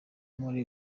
muri